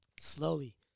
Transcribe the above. Slowly